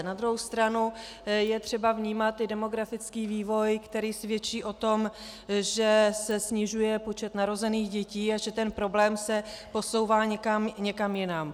Na druhou stranu je třeba vnímat i demografický vývoj, který svědčí o tom, že se snižuje počet narozených dětí a že problém se posouvá někam jinam.